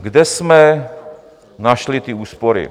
Kde jsme našli ty úspory.